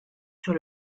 sur